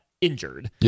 injured